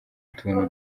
utuntu